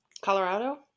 colorado